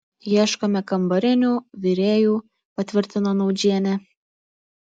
ieškome kambarinių virėjų patvirtino naudžienė